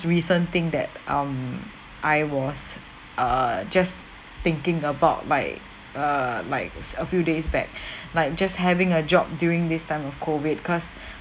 recent thing that um I was err just thinking about like err like s~ a few days back like just having a job during this time of COVID cause